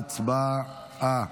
הצבעה.